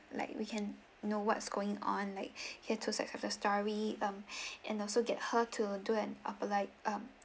like we can know what's going on like hear two sides of the story um and also get her to do an apoli~ um